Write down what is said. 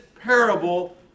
parable